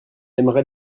aimerait